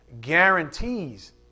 guarantees